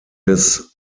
des